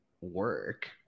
work